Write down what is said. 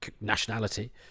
nationality